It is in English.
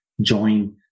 join